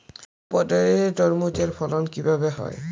জৈব পদ্ধতিতে তরমুজের ফলন কিভাবে হয়?